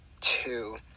two